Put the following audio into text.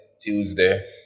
tuesday